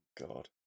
God